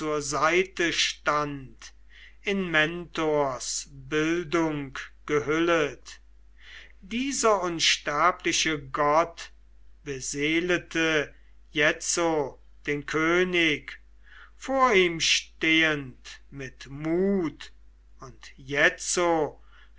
zur seite stand in mentors bildung gehüllet dieser unsterbliche gott beseelete jetzo den könig vor ihm stehend mit mut und jetzo